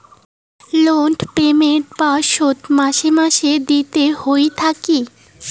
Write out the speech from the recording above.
loan payment বা শোধ মাসে মাসে দিতে হই থাকি